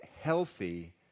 healthy